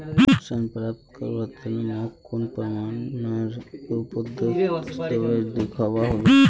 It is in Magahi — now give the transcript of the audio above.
ऋण प्राप्त करवार तने मोक कुन प्रमाणएर रुपोत दस्तावेज दिखवा होबे?